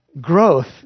growth